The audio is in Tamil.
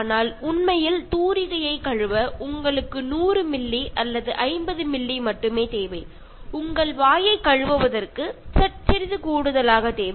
ஆனால் உண்மையில் தூரிகையை கழுவ உங்களுக்கு 100 மில்லி அல்லது 50 மில்லி மட்டுமே தேவை உங்கள் வாயைக் கழுவுவதற்கு சிறிது கூடுதலாக தேவை